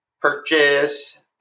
purchase